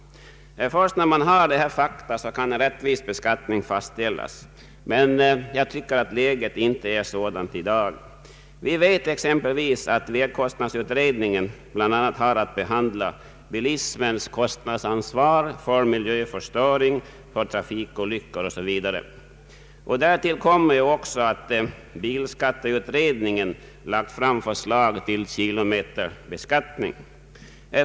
Först när man har tillgång till dessa fakta kan en rättvis beskattning fastställas. Jag tycker att läget inte är sådant i dag. Vi vet exempelvis att vägkostnadsutredningen har att behandla bl.a. bilismens kostnadsansvar för miljöförstöring, för trafikolyckor osv. Därtill kommer också att bilskatteutredningen lagt fram förslag om kilometerbeskattning.